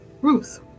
Ruth